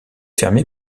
fermée